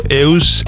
eus